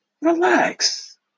relax